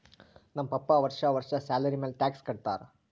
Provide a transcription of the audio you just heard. ನಮ್ ಪಪ್ಪಾ ವರ್ಷಾ ವರ್ಷಾ ಸ್ಯಾಲರಿ ಮ್ಯಾಲ ಟ್ಯಾಕ್ಸ್ ಕಟ್ಟತ್ತಾರ